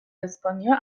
اسپانیا